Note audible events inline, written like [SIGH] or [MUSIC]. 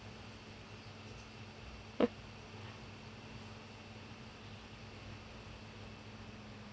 [NOISE]